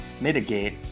mitigate